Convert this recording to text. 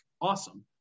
awesome